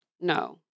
No